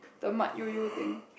the Mat Yoyo thing